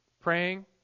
praying